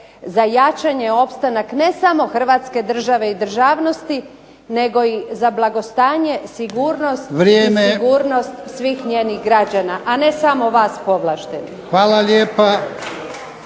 za jačanje, opstanak ne samo Hrvatske države i državnosti i nego za blagostanje, sigurnost i sigurnost svih njenih građana, a ne samo vas povlaštenih. **Jarnjak,